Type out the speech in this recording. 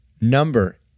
Number